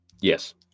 yes